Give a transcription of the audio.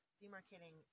demarcating